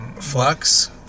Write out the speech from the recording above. Flux